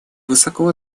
высоко